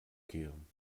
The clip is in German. kehren